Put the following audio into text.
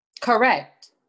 Correct